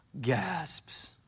gasps